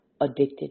addicted